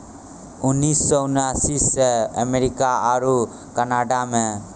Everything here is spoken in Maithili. उन्नीस सौ अस्सी से अमेरिका आरु कनाडा मे